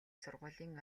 сургуулийн